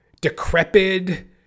decrepit